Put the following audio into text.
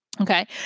Okay